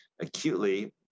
acutely